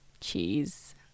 cheese